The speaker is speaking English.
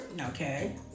Okay